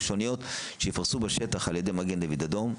ראשוניות שייפרסו בשטח על ידי מגן דוד אדום.